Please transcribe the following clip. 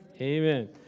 Amen